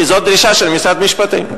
כי זו דרישה של משרד המשפטים.